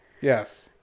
Yes